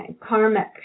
karmic